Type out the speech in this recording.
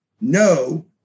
no